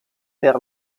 per